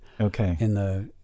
Okay